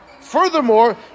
Furthermore